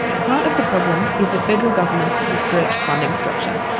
part of the problem is the federal government's research funding structure.